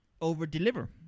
over-deliver